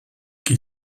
qui